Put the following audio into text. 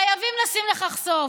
חייבים לשים לכך סוף.